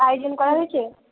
আয়োজন করা হয়েছে